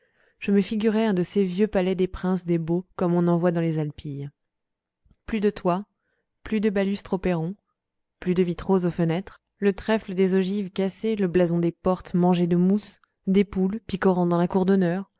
je me figurais un de ces vieux palais des princes des baux comme on en voit dans les alpilles plus de toits plus de balustres aux perrons plus de vitraux aux fenêtres le trèfle des ogives cassé le blason des portes mangé de mousse des poules picorant dans la cour d'honneur